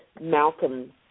Malcolm